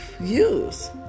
use